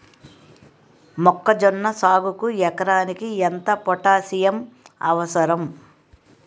మొక్కజొన్న సాగుకు ఎకరానికి ఎంత పోటాస్సియం అవసరం?